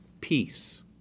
peace